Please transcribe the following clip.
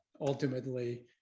ultimately